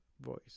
voice